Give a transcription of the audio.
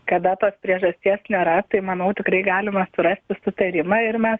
kada tos priežasties nėra tai manau tikrai galima surasti sutarimą ir mes